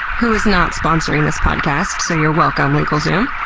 who is not sponsoring this podcast. so you're welcome, legalzoom.